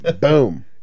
boom